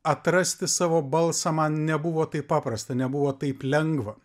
atrasti savo balsą man nebuvo taip paprasta nebuvo taip lengva